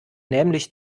nämlich